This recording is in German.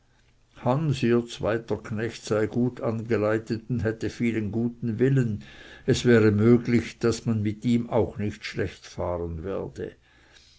zweiter knecht sei gut angeleitet und hätte vielen guten willen es wäre möglich daß man mit ihm auch nicht schlecht fahren werde